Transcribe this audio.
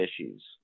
issues